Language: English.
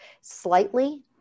slightly